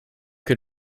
que